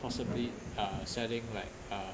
possibly uh selling like uh